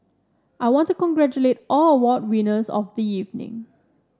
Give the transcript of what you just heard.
I want to congratulate all award winners of the evening